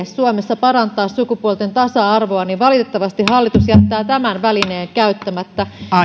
suomessa parantaa sukupuolten tasa arvoa niin valitettavasti hallitus jättää tämän välineen käyttämättä